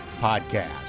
Podcast